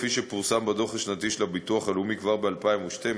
כפי שפורסם בדוח השנתי של הביטוח הלאומי כבר ב־2012.